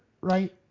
right